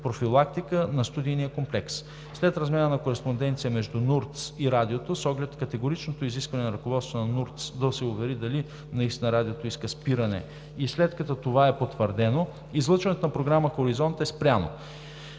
профилактика на студийния ни комплекс.“ След размяна на кореспонденция между НУРТС и Радиото, с оглед категоричното изискване на ръководството на НУРТС да се увери дали наистина Радиото иска спирането и след като това е потвърдено, излъчването на програма „Хоризонт“ е спряно.